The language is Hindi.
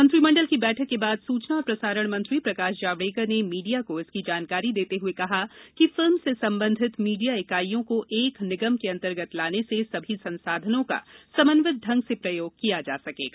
मंत्रिमंडल की बैठक के बाद सूचना और प्रसारण मंत्री प्रकाश जावडेकर ने मीडिया को इसकी जानकारी देते हुए कहा कि फिल्म से संबंधित मीडिया इकाईयों को एक निगम के अन्तर्गत लाने से सभी संसाधनों का समन्वित ढंग से प्रयोग किया जा सकेगा